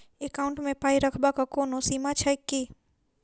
Account मे पाई रखबाक कोनो सीमा छैक की?